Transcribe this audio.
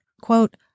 quote